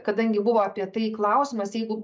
kadangi buvo apie tai klausimas jeigu